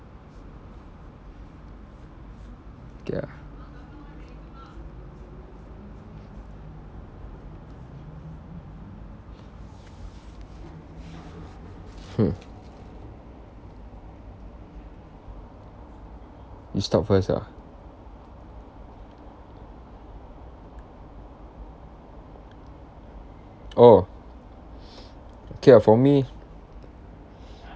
okay ah hmm you start first ah oh okay ah for me